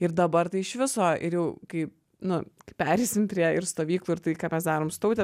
ir dabar tai iš viso ir jau kai nu pereisim prie ir stovyklų ir tai ką fmes darom su taute